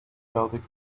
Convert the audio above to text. baltic